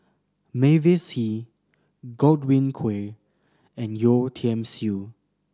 Mavis Hee Godwin Koay and Yeo Tiam Siew